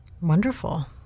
Wonderful